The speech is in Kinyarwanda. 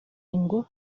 ngo